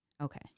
Okay